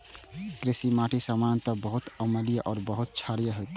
कृषि माटि सामान्यतः बहुत अम्लीय आ बहुत क्षारीय होइ छै